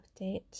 update